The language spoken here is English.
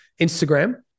Instagram